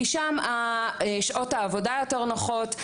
כי שם השעות העבודה יותר נוחות,